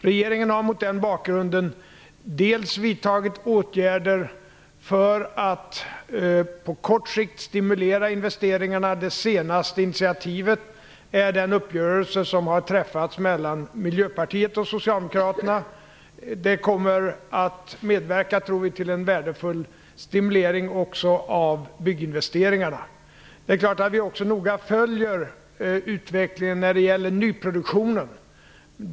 Regeringen har mot den bakgrunden dels vidtagit åtgärder för att på kort sikt stimulera investeringarna. Det senaste initiativet är den uppgörelse som har träffats mellan Miljöpartiet och Socialdemokraterna. Det kommer att medverka, tror vi, till en värdefull stimulering också av bygginvesteringarna. Det är klart att vi också noga följer utvecklingen när det gäller nyproduktionen.